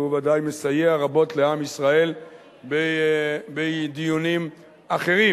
והוא ודאי מסייע רבות לעם ישראל בדיונים אחרים.